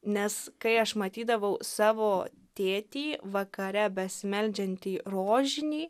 nes kai aš matydavau savo tėtį vakare besimeldžiantį rožinį